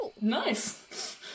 Nice